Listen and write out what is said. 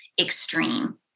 extreme